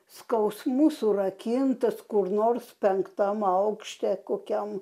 skausmų surakintas kur nors penktam aukšte kokiam